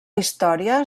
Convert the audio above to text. història